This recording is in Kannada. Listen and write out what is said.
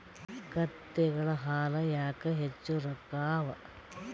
ಕತ್ತೆಗಳ ಹಾಲ ಯಾಕ ಹೆಚ್ಚ ರೊಕ್ಕ ಅವಾ?